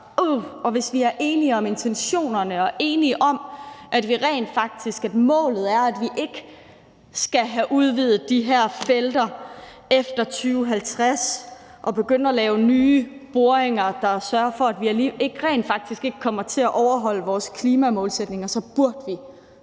Så hvis vi er enige om intentionerne og enige om, at målet er, at vi ikke skal have udvidet de her felter efter 2050 og begynde at lave nye boringer, så vi rent faktisk ikke kommer til at overholde vores klimamålsætninger, burde vi